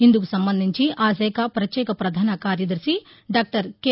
ఇందుకు సంబంధించి ఆ శాఖ ప్రత్యేక ప్రధాన కార్యదర్శి డాక్టర్ కె